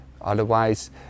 Otherwise